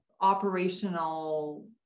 operational